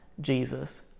Jesus